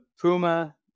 Puma